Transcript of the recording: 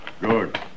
Good